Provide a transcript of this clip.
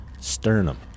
sternum